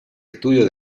estudio